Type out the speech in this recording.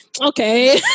Okay